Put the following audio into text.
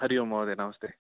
हरि ओं महोदय नमस्ते